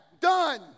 Done